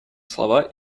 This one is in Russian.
слова